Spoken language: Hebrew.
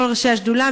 כל ראשי השדולה,